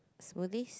smoothies